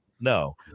no